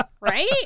Right